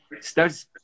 Starts